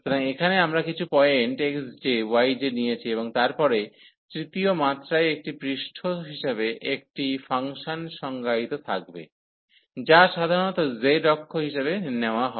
সুতরাং এখানে আমরা কিছু পয়েন্ট xj yj নিয়েছি এবং তারপরে তৃতীয় মাত্রায় একটি পৃষ্ঠ হিসাবে একটি ফাংশন সংজ্ঞায়িত থাকবে যা সাধারণত z অক্ষ হিসাবে নেওয়া হয়